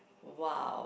!wow!